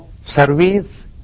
Service